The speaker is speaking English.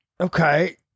Okay